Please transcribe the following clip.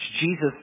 Jesus